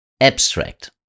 Abstract